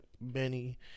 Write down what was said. Benny